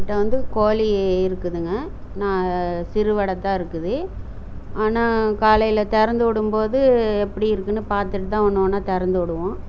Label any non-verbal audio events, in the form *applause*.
*unintelligible* வந்து கோழி இருக்குதுங்க நான் சிறுவிட தான் இருக்குது ஆனால் காலையில் திறந்து விடும்போது எப்படி இருக்குதுன்னு பார்த்துட்டு தான் ஒன்று ஒன்னா திறந்து விடுவோம்